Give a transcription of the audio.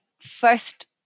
first